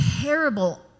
terrible